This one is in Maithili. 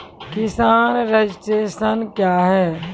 किसान रजिस्ट्रेशन क्या हैं?